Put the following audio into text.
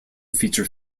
feature